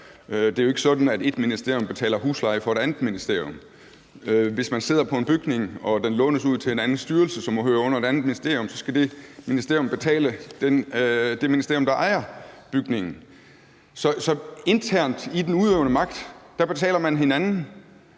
Det er jo ikke sådan, at et ministerium betaler husleje for et andet ministerium. Hvis man sidder på en bygning og den lånes ud til en anden styrelse, som må høre under et andet ministerium, så skal det ministerium betale det ministerium, der ejer bygningen. Så internt i den udøvende magt betaler man hinanden.